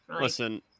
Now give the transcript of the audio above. Listen